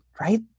right